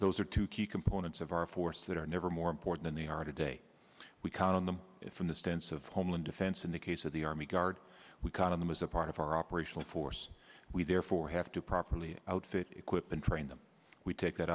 those are two key components of our force that are never more important in the are today we count on them from the stance of homeland defense in the case of the army guard we kind of them is a part of our operational force we therefore have to properly outfit equip and train them we take that